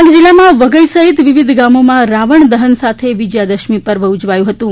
ડાંગ જિલ્લામાં વઘઈ સહિત વિવિધ ગામોમાં રાવમ દહન સાથે વિજયા દશમી પર્વ ઉજવાયું હતું